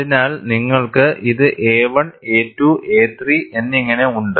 അതിനാൽ നിങ്ങൾക്ക് ഇത് a1 a2 a3 എന്നിങ്ങനെ ഉണ്ട്